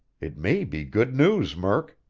it may be good news, murk!